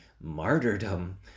martyrdom